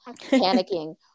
panicking